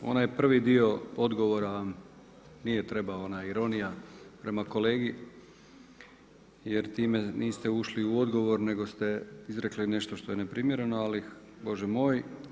Onaj prvi dio odgovora vam nije trebao, ona ironija, prema kolegi jer time niste ušli u odgovor nego ste izrekli nešto što je neprimjereno, ali Bože moj.